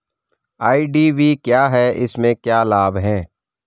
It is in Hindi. आई.डी.वी क्या है इसमें क्या लाभ है?